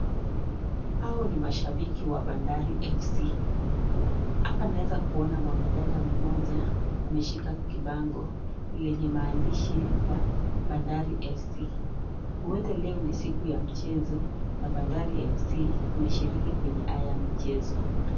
Hao ni mashabiki wa Bandari FC. Hapa naeza kuona mwanadada mmoja ameshika kibango lenye maandishi ya Bandari FC. Huenda leo ni siku ya mchezo na Bandari FC imeshiriki kwenye haya michezo.